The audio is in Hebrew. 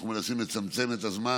אנחנו מנסים לצמצם את הזמן,